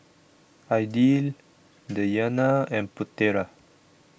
Aidil Dayana and Putera